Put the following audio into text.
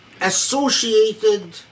associated